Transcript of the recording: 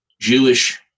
Jewish